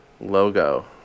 logo